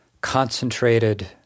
concentrated